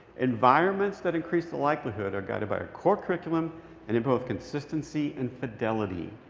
environments that increase the likelihood are guided by a core curriculum and in both consistency and fidelity.